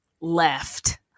left